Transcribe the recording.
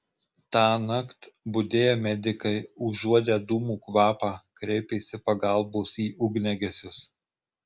tąnakt budėję medikai užuodę dūmų kvapą kreipėsi pagalbos į ugniagesius